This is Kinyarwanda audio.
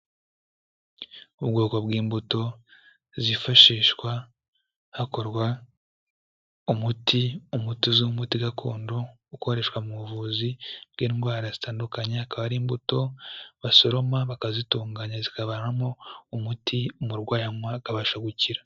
Ubwoko bw'imbuto zifashishwa hakorwa umuti, umuti uzwi nk'umuti gakondo ukoreshwa mu buvuzi bw'indwara zitandukanye. Akaba ari imbuto basoroma bakazitunganya zikavanwamo umuti umurwayi anywa akabasha gukira.